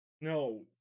no